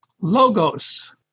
Logos